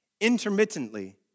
intermittently